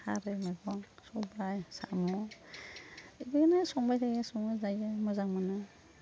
खारै मैगं संबाइ साम' बिदिनो संबाय थायो सङो जायो मोजां मोनो